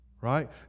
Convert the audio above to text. Right